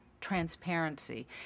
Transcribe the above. transparency